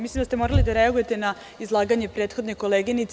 Mislim da ste morali da reagujete na izlaganje prethodne koleginice.